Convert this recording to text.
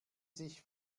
sich